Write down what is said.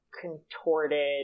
contorted